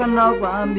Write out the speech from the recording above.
and la la